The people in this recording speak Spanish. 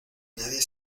nadie